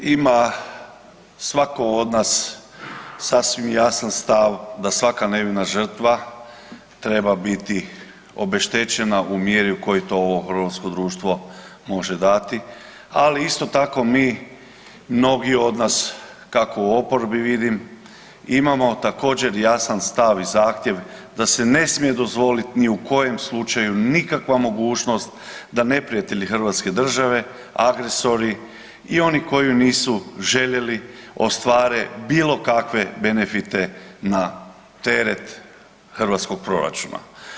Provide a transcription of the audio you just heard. Ima svatko od nas sasvim jasan stav da svaka nevina žrtva treba biti obeštečena u mjeri u kojoj to ovo hrvatsko društvo može dati, ali isto tako mi, mnogi od nas kako u oporbi vidim imamo također jasan stav i zahtjev da se ne smije dozvoliti ni u kojem slučaju nikakva mogućnost da neprijatelji Hrvatske države, agresori i oni koji je nisu željeli ostvare bilo kakve benefite na teret hrvatskog proračuna.